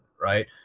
right